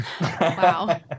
Wow